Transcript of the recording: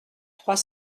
trois